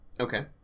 Okay